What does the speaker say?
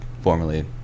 formerly